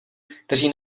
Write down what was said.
kteří